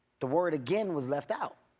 the word again was left out.